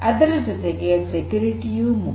ಅದರ ಜೊತೆಗೆ ಭದ್ರತೆಯೂ ಮುಖ್ಯ